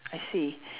I see